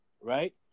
right